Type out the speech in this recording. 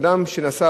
אדם שנסע